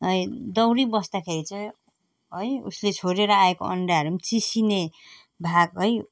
दौडी बस्दाखेरि चाहिँ है उसले छोडेर आएको अन्डाहरू चिसिने भाग है